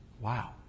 Wow